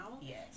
yes